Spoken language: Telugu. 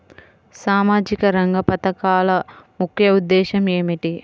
సామాజిక రంగ పథకాల ముఖ్య ఉద్దేశం ఏమిటీ?